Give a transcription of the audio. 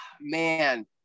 man